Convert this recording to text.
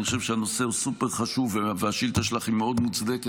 אני חושב שהנושא הוא סופר-חשוב והשאילתה שלך היא מאוד מוצדקת,